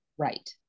right